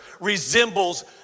resembles